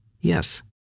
yes